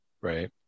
Right